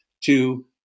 to-